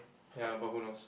ya but who knows